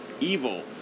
evil